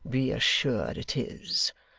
be assured it is!